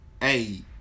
hey